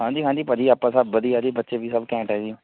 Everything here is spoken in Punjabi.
ਹਾਂਜੀ ਹਾਂਜੀ ਵਧੀਆ ਆਪਾਂ ਸਭ ਵਧੀਆ ਜੀ ਬੱਚੇ ਵੀ ਸਭ ਘੈਂਟ ਹੈ ਜੀ